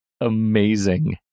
amazing